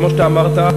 כמו שאתה אמרת,